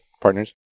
partners